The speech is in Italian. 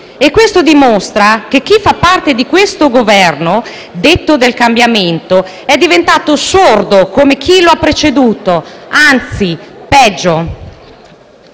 E questo dimostra che chi fa parte di questo Governo, detto del cambiamento, è diventato sordo come chi lo ha preceduto. Anzi, peggio.